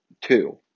two